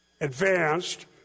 advanced